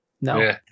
no